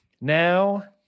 Now